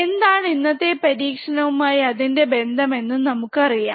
എന്താണ് ഇന്നത്തെ പരീക്ഷണവുമായി അതിൻറെ ബന്ധം എന്നു നമുക്കറിയാം